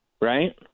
right